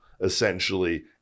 essentially